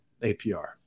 APR